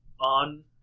on